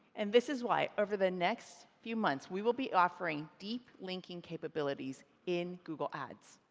and this is why, over the next few months, we will be offering deep linking capabilities in google ads.